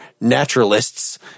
naturalists